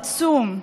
עצום,